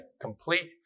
complete